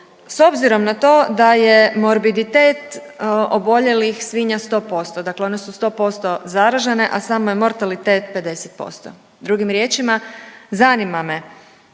s obzirom na to da je morbiditet oboljelih svinja sto posto, dakle one su sto posto zaražene, a samo je mortalitet 50%. Drugim riječima, zanima me